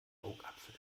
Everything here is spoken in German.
augapfel